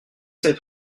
sept